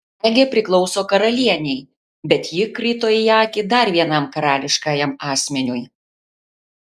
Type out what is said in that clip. segė priklauso karalienei bet ji krito į akį dar vienam karališkajam asmeniui